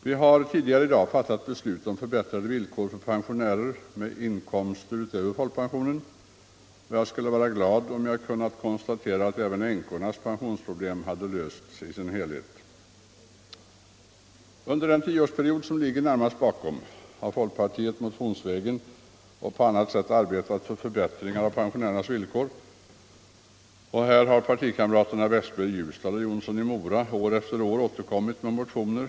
Vi har tidigare i dag fattat beslut om förbättrade villkor för pensionärer med inkomster utöver folkpensionen. Jag skulle ha varit glad om jag hade kunnat konstatera att även änkornas pensionsproblem i dess helhet hade lösts, vilket ej är fallet. Under den tioårsperiod som ligger närmast bakom oss har folkpartiet motionsvägen och på annat sätt arbetat för förbättringar av pensionärernas villkor. På detta område har partikamraterna Westberg i Ljusdal och Jonsson i Mora år efter år återkommit med motioner.